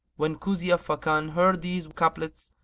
when kuzia fakan heard these couplets,